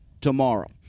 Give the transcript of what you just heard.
tomorrow